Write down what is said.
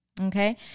Okay